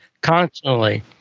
constantly